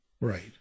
Right